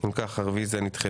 אם כך הרביזיה נדחתה.